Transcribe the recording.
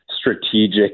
strategic